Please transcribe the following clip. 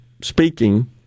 speaking